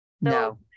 no